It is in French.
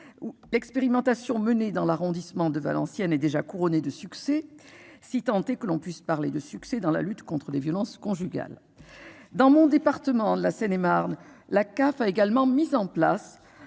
l'expérimentation menée dans l'arrondissement de Valenciennes et déjà couronné de succès. Si tant est que l'on puisse parler de succès dans la lutte contre les violences conjugales. Dans mon département de la Seine-et-Marne, la CAF a également mis en place.